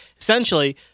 Essentially